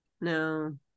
No